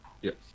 Yes